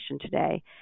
today